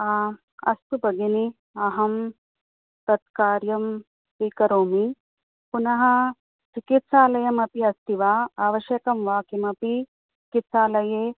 अस्तु भगिनि अहं तत् कार्यं स्वीकरोमि पुनः चिकित्सालयमपि अस्ति वा आवश्यकं वा किमपि चिकित्सालये